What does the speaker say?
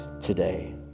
today